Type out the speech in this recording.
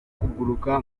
kuguruka